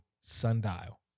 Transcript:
sundial